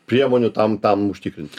priemonių tam tam užtikrint